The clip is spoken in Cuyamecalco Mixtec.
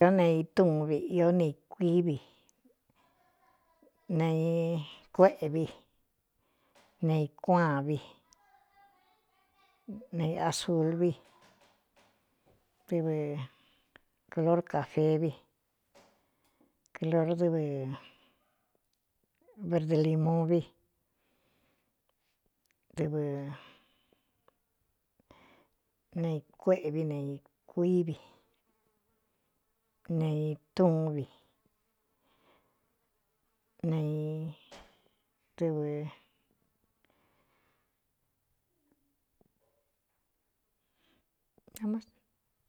O ne i túvi īó neꞌi kuívi nee ī kuéꞌꞌvi ne īkuaán vi ne i asulvi dɨvɨ clor cāfe vi clr dvɨ bardalimovi dɨɨ neī kuéꞌꞌvi neī kuívi neī túvi nedɨvɨa.